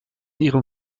ihrem